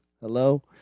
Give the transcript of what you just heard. hello